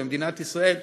למדינת ישראל,